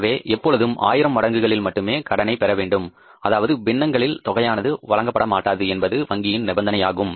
எனவே எப்பொழுதும் ஆயிரம் மடங்குகளில் மட்டுமே கடனை பெறவேண்டும் அதாவது பின்னங்களில் தொகையானது வழங்கப்படமாட்டாது என்பது வங்கியின் நிபந்தனையாகும்